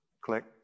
Click